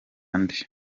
nde